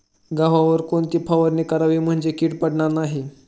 गव्हावर कोणती फवारणी करावी म्हणजे कीड पडणार नाही?